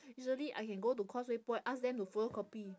easily I can go to causeway-point ask them to photocopy